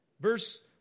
Verse